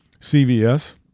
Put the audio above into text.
CVS